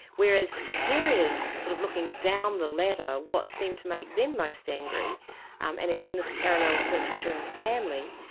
whereas superiors sort of looking down the ladder, what seems to make them most angry um and again as parallels literature in the family,